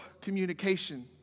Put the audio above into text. communication